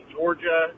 Georgia